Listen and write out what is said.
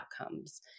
outcomes